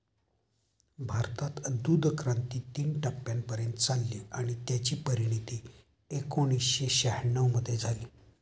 भारतात दूधक्रांती तीन टप्प्यांपर्यंत चालली आणि त्याची परिणती एकोणीसशे शहाण्णव मध्ये झाली